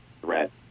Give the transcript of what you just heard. threat